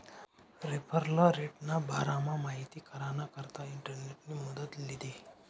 referral रेटना बारामा माहिती कराना करता इंटरनेटनी मदत लीधी